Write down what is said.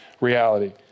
reality